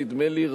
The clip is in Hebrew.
נדמה לי,